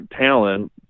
talent